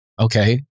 okay